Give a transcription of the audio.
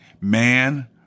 Man